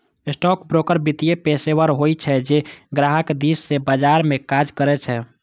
stockbroker वित्तीय पेशेवर होइ छै, जे ग्राहक दिस सं बाजार मे काज करै छै